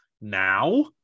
now